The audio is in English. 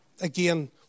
Again